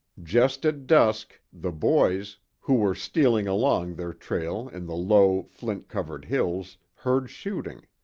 just at dusk, the boys, who were stealing along their trail in the low, flint covered hills, heard shooting.